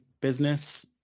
business